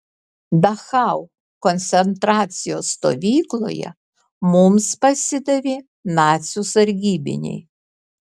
dachau koncentracijos stovykloje mums pasidavė nacių sargybiniai